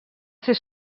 ser